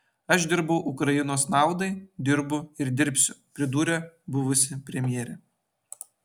aš dirbau ukrainos naudai dirbu ir dirbsiu pridūrė buvusi premjerė